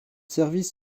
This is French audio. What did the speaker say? services